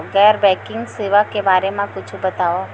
गैर बैंकिंग सेवा के बारे म कुछु बतावव?